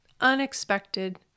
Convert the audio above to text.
unexpected